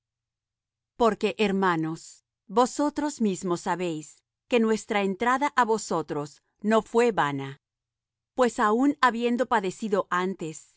porque hermanos vosotros mismos sabéis que nuestra entrada á vosotros no fué vana pues aun habiendo padecido antes